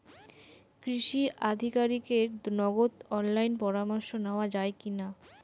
কৃষি আধিকারিকের নগদ অনলাইন পরামর্শ নেওয়া যায় কি না?